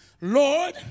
Lord